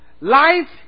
life